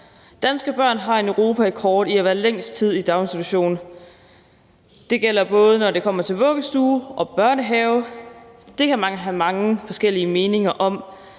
Danske børn har en europarekord i at være længst tid i daginstitution, og det gælder både, når det kommer til vuggestue og børnehave. Det kan mange have mange forskellige meninger om,